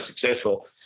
successful